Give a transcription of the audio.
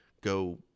go